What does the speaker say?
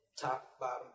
top-bottom